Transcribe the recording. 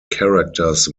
characters